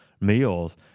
meals